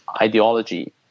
ideology